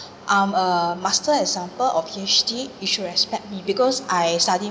I'm a master example or P_H_D you should respect me because I study